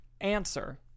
answer